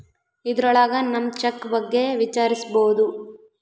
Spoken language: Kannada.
ಇದ್ರೊಳಗ ನಮ್ ಚೆಕ್ ಬಗ್ಗೆ ವಿಚಾರಿಸ್ಬೋದು